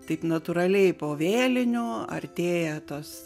taip natūraliai po vėlinių artėja tos